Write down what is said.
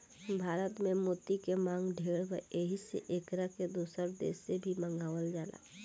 भारत में मोती के मांग ढेर बा एही से एकरा के दोसर देश से भी मंगावल जाला